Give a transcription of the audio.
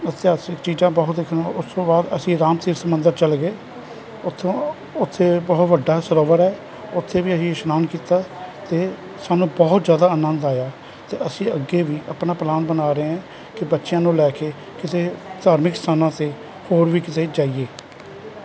ਇਤਿਹਾਸਿਕ ਚੀਜ਼ਾਂ ਬਹੁਤ ਦੇਖਣ ਉਸ ਤੋਂ ਬਾਅਦ ਅਸੀਂ ਰਾਮ ਤੀਰਥ ਮੰਦਰ ਚਲੇ ਗਏ ਉਥੋਂ ਉਥੇ ਬਹੁਤ ਵੱਡਾ ਸਰੋਵਰ ਹੈ ਉੱਥੇ ਵੀ ਅਸੀਂ ਇਸ਼ਨਾਨ ਕੀਤਾ ਤੇ ਸਾਨੂੰ ਬਹੁਤ ਜਿਆਦਾ ਆਨੰਦ ਆਇਆ ਤੇ ਅਸੀਂ ਅੱਗੇ ਵੀ ਆਪਣਾ ਪਲਾਨ ਬਣਾ ਰਹੇ ਹਾਂ ਕਿ ਬੱਚਿਆਂ ਨੂੰ ਲੈ ਕੇ ਕਿਤੇ ਧਾਰਮਿਕ ਸਥਾਨਾਂ ਤੇ ਹੋਰ ਵੀ ਕਿਤੇ ਜਾਈਏ